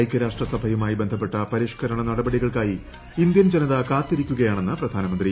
ഐകൃരാഷ്ട്ര സഭയുമായി ബന്ധപ്പെട്ട പരിഷ്കരുണ നടപടികൾക്കായി ഇന്ത്യൻ ജനത കാത്തിരിക്കുകയാണെന്ന് പ്രധാനമന്ത്രി